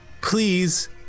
please